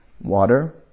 water